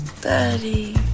daddy